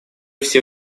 все